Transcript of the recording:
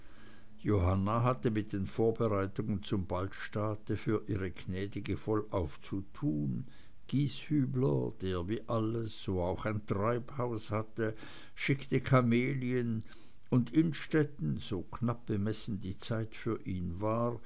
johanna hatte mit den vorbereitungen zum ballstaate für ihre gnäd'ge vollauf zu tun gieshübler der wie alles so auch ein treibhaus hatte schickte kamelien und innstetten so knapp bemessen die zeit für ihn war